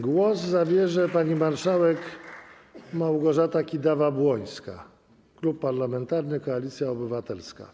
Głos zabierze pani marszałek Małgorzata Kidawa-Błońska, Klub Parlamentarny Koalicja Obywatelska.